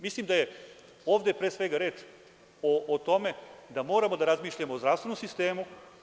Mislim, da je ovde pre svega reč o tome da moramo da razmišljamo o zdravstvenom sistemu.